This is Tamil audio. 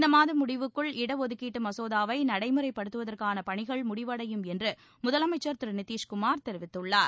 இந்த மாத முடிவுக்குள் இடஒதுக்கீட்டு மசோதாவை நடைமுறைப்படுத்துவதற்கான பணிகள் முடிவடையும் என்று முதலமைச்சர் திரு நிதிஷ் குமார் தெரிவித்துள்ளார்